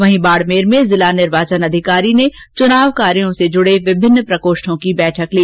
वहीं बाड़मेर में जिला निर्वाचन अधिकारी ने चुनाव कार्यो से जुड़े विमिन्न प्रकोष्ठों की बैठक ली